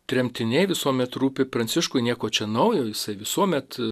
tremtiniai visuomet rūpi pranciškui nieko čia naujo jisai visuomet